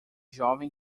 jovem